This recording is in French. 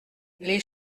les